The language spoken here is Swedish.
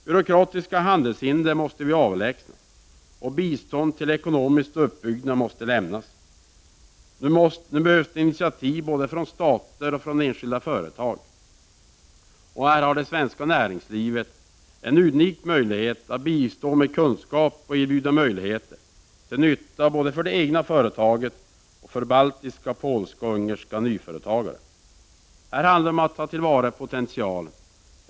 Byråkratiska handelshinder måste avlägsnas, och bistånd till ekonomisk uppbyggnad måste lämnas. Nu behövs initiativ både från stater och från enskilda företag. Här har det svenska näringslivet en unik möjlighet att bistå med kunskap och att erbjuda möjligheter, till nytta både för de egna företagen och för baltiska, polska och ungerska nyföretagare. Här handlar det om att ta till vara en potential.